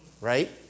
Right